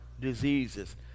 diseases